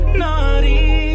naughty